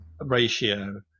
ratio